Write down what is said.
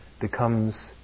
becomes